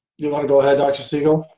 you wanna go ahead, dr. siegel?